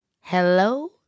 hello